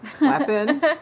weapon